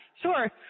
sure